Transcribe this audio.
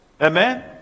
Amen